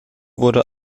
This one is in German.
wurde